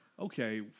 Okay